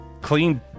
clean